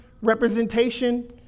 representation